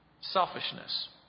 selfishness